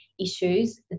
issues